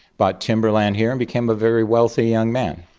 bought timber land here and became a very wealthy young man.